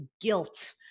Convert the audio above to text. guilt